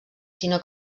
sinó